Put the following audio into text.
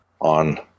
on